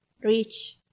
reach